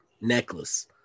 necklace